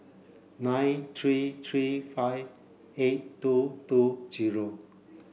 nine three three five eight two two headquarters